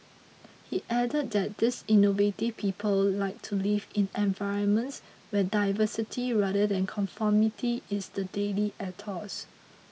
he added that these innovative people like to live in environments where diversity rather than conformity is the daily ethos